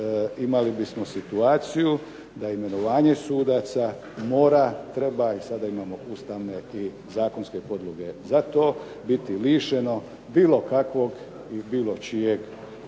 imali bismo situaciju da imenovanje sudaca mora, treba i sada imamo ustavne i zakonske podloge za to biti lišeno bilo kakvog i bilo čijeg